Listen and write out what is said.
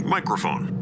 Microphone